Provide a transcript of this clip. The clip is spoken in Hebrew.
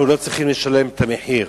אנחנו לא צריכים לשלם את המחיר,